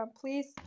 please